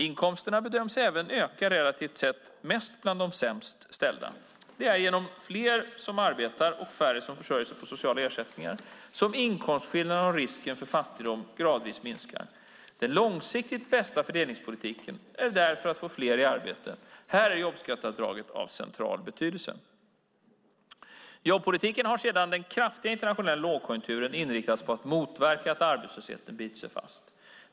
Inkomsterna bedöms även öka relativt sett mest bland de sämst ställda. Det är genom att fler arbetar och färre försörjer sig på sociala ersättningar som inkomstskillnaderna och risken för fattigdom gradvis minskar. Den långsiktigt bästa fördelningspolitiken är därför att få fler i arbete. Här är jobbskatteavdragen av central betydelse. Jobbpolitiken har sedan den kraftiga internationella lågkonjunkturen inriktats på att motverka att arbetslösheten biter sig fast.